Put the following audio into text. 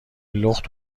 لخت